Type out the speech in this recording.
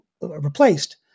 replaced